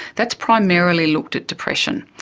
that's primarily looked at depression.